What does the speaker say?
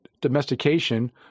domestication